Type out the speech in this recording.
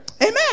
Amen